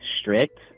strict